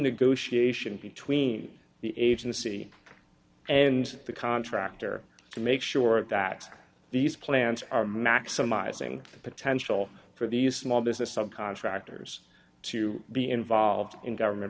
negotiation between the agency and the contractor to make sure that these plans are maximizing the potential for these small business subcontractors to be involved in government